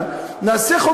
כמו שהחוק